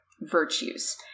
virtues